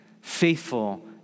faithful